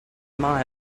mae